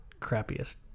crappiest